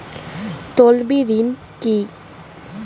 তলবি ঋন কি?